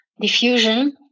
diffusion